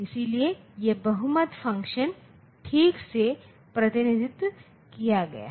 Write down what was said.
इसलिए यह बहुमत फ़ंक्शन ठीक से प्रतिनिधित्व किया गया है